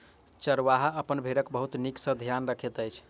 चरवाहा अपन भेड़क बहुत नीक सॅ ध्यान रखैत अछि